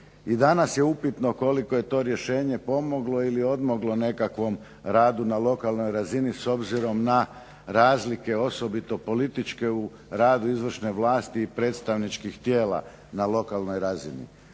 i danas je upitno koliko je to rješenje pomoglo ili odmoglo nekakvom radu na lokalnoj razini s obzirom na razlike, osobito političke, u radu izvršne vlasti i predstavničkih tijela na lokalnoj razini.